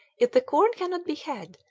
if the corn cannot be had,